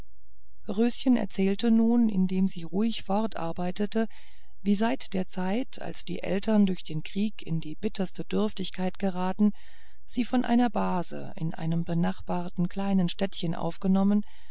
röschen erzählte nun indem sie ruhig fortarbeitete wie seit der zeit als die eltern durch den krieg in die bitterste dürftigkeit geraten sie von einer base in einem benachbarten kleinen städtchen aufgenommen